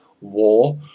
War